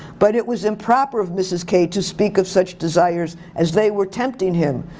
but it was improper of mrs. k to speak of such desires as they were tempting him.